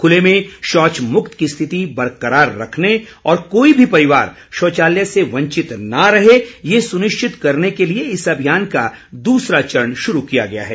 खूले में शौच मुक्त की स्थिति बरकरार रखने और कोई भी परिवार शौचालय से वंचित न रहे यह सुनिश्चित करने के लिए इस अभियान का दूसरा चरण शुरू किया गया है